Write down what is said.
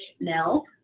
Nell